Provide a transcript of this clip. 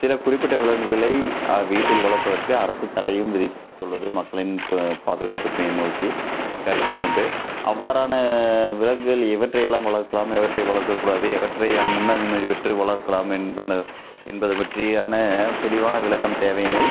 சில குறிப்பிட்ட விலங்குகளை வீட்டில் வளர்ப்பதற்கு அரசு தடையும் விதித்துள்ளது மக்களின் பாதுகாப்புகளை நோக்கி கருத்தில் கொண்டு அவ்வாறான விலங்குகளில் எவற்றையெல்லாம் வளர்க்கலாம் எவற்றை வளர்க்கக்கூடாது எவற்றை அன் முன் அனுமதி பெற்று வளர்க்கலாம் என்பன என்பது பற்றியான தெளிவான விளக்கம் தேவையெனில்